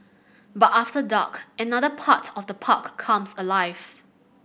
but after dark another part of the park comes alive